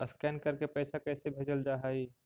Scan करके पैसा कैसे भेजल जा हइ?